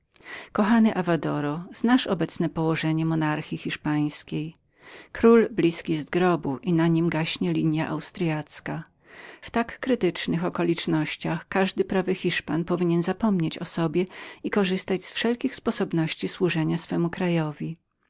kochany avadoro znasz obecne położenie monarchji hiszpańskiej król blizkim jest grobu i na nim gaśnie linia austryacka w tak krytycznych okolicznościach każdy prawy hiszpan powinien zapomnieć o sobie i korzystać z wszelkich sposobności służenia swemu krajowi